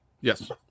Yes